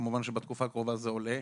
כמובן שבתקופה הקרובה זה עולה.